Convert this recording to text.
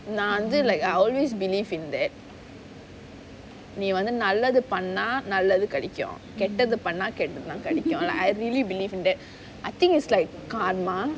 நான் வந்து:naan vanthu like I always believe in that நீ வந்து நல்லது பண்ண நல்லது கிடைக்கும் நீ கேட்டது பண்ண கேட்டது கிடைக்கும்:nee vanthu nallathu panna nallathu kidaikum nee ketathu panna ketathu kikdaikum I really believe in that I think it's like karma